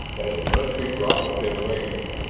that it must be brought within range.